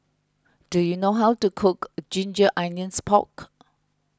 do you know how to cook Ginger Onions Pork